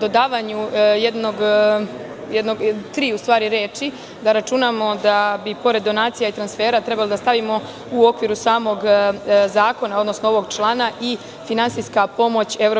dodavanju tri reči, da računamo da bi pored donacija i transfera trebali da stavimo u okviru samog zakona, odnosno ovog člana i "finansijska pomoć EU"